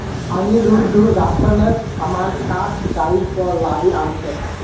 अनिरुद्ध राशनेर सामान काठ गाड़ीर पर लादे आ न छेक